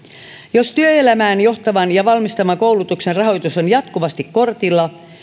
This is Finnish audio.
jos työelämään johtavan ja valmistavan koulutuksen rahoitus on jatkuvasti kortilla